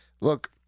Look